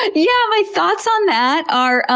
and yeah! my thoughts on that are,